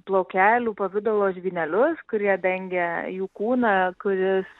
plaukelių pavidalo žvynelius kurie dangia jų kūną kuris